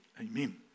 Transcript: Amen